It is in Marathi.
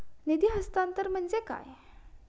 निधी हस्तांतरण म्हणजे काय?